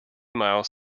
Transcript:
miles